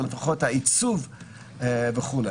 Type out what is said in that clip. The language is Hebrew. ולפחות העיצוב וכו'.